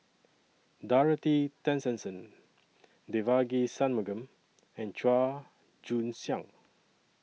Dorothy Tessensohn Devagi Sanmugam and Chua Joon Siang